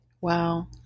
Wow